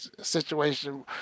situation